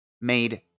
made